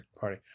party